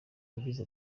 yagize